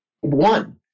one